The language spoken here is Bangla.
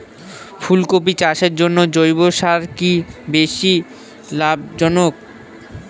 ফুলকপি চাষের জন্য জৈব সার কি বেশী লাভজনক?